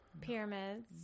Pyramids